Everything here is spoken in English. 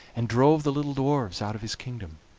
and drove the little dwarfs out of his kingdom